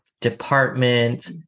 department